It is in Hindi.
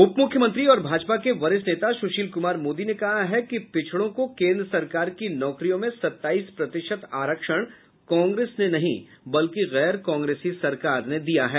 उप मुख्यमंत्री और भाजपा के वरिष्ठ नेता सुशील कुमार मोदी ने कहा है कि पिछड़ों को केन्द्र सरकार की नौकरियों में सत्ताईस प्रतिशत आरक्षण कांग्रेस ने नहीं बल्कि गैर कांग्रेसी सरकार ने दिया है